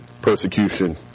persecution